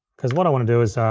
cause what i wanna do is,